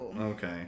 Okay